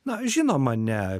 na žinoma ne